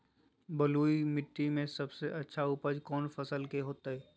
बलुई मिट्टी में सबसे अच्छा उपज कौन फसल के होतय?